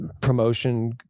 promotion